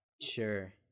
sure